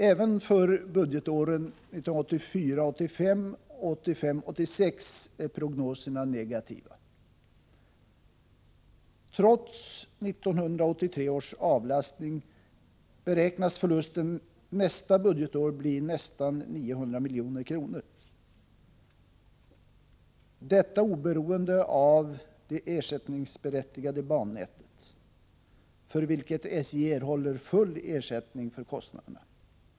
Även för budgetåren 1984 86 är prognoserna negativa. Trots 1983 års avlastning beräknas förlusten kommande budgetår bli nästan 900 milj.kr. — detta oberoende av det ersättningsberättigade bannätet, för vilket SJ erhåller full ersättning för kostnaderna.